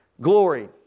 glory